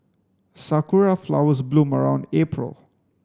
sakura flowers bloom around April